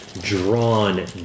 drawn